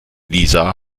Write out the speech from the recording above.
lisa